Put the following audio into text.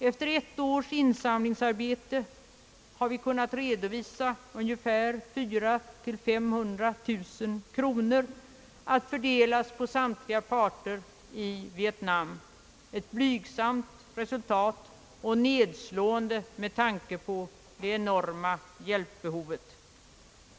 Efter ett års insamlingsarbete har vi kunnat redovisa 400 000—500 000 kronor att fördelas på samtliga parter i Vietnam — ett blygsamt resultat; nedslående med tanke på det enorma hjälpbehovet.